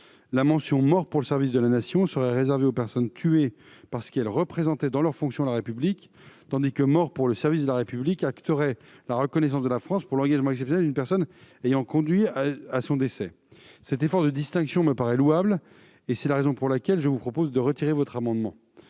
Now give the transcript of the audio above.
La mention « Mort pour le service de la Nation » serait réservée aux personnes tuées parce qu'elles représentaient, dans leur fonction, la République, tandis que la mention « Mort pour le service de la République » acterait la reconnaissance de la France pour l'engagement exceptionnel d'une personne ayant conduit à son décès. Cet effort de distinction me paraît louable. C'est la raison pour laquelle je vous invite, mon cher collègue, à retirer votre amendement.